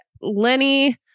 Lenny